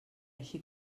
així